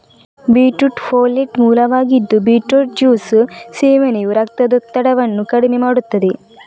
beetroot folate ಮೂಲವಾಗಿದ್ದು beetroot juice ಸೇವನೆಯು ರಕ್ತದೊತ್ತಡವನ್ನು ಕಡಿಮೆ ಮಾಡುತ್ತದೆ